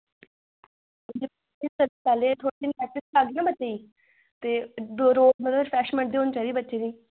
पैह्लें थोह्ड़े ना बच्चें दी ते रोज़ मतलब रीफ्रैशमेंट होनी चाहिदी बच्चें दी